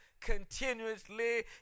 continuously